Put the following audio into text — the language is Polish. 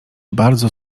bardzo